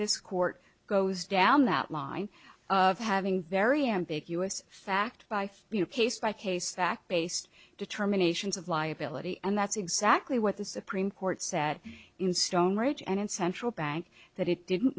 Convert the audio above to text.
this court goes down that line of having very ambiguous fact by case by case fact based determinations of liability and that's exactly what the supreme court set in stone ridge and central bank that it didn't